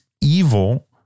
evil